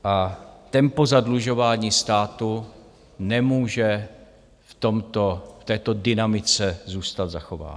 A tempo zadlužování státu nemůže v této dynamice zůstat zachováno.